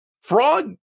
Frog